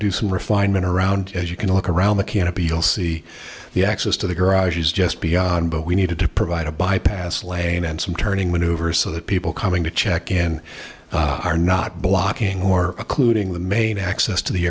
do some refinement around as you can look around the canopy you'll see the access to the garage is just beyond what we needed to provide a bypass lane and some turning maneuver so that people coming to check in are not blocking more occluding the main access to the